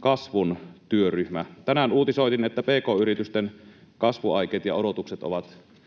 kasvun työryhmä. Tänään uutisoitiin, että pk-yritysten kasvuaikeet ja odotukset ovat lähteneet